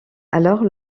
alors